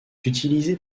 utilisée